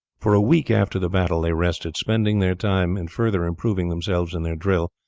for a week after the battle they rested, spending their time in further improving themselves in their drill,